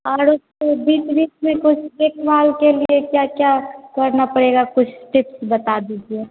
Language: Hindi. और उसको बीच बीच में देखभाल के लिए क्या क्या करना पड़ेगा कुछ टिप्स बता दीजिए